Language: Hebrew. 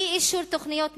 אי-אישור תוכניות מיתאר,